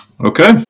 Okay